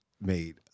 made